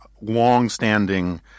long-standing